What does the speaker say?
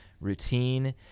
routine